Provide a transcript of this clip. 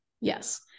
Yes